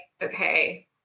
Okay